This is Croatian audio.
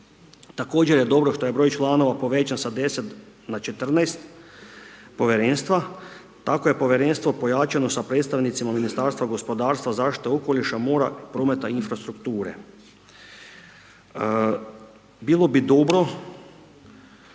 Također je dobro što je broj članova povećan sa 10 na 14 povjerenstva, tako je povjerenstvo pojačano sa predstavnicima Ministarstva gospodarstva, zaštite okoliša, mora, prometa i infrastrukture. Bilo bi dobro